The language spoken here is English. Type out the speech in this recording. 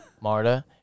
Marta